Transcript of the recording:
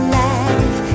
life